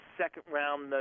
second-round